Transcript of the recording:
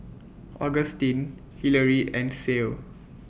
Augustin Hillery and Cael